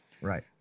right